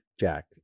Jack